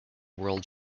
world